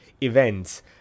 events